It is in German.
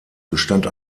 bestand